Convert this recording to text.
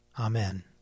Amen